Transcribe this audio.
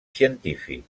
científic